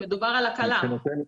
מדובר על הקלה.